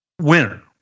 Winner